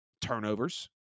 turnovers